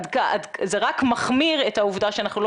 זה רק מחמיר את העובדה שאנחנו לא